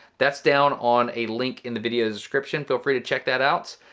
that's down on a link in the video description. feel free to check that out.